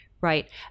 right